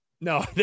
No